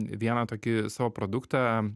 vieną tokį savo produktą